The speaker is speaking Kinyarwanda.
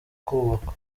kubakwa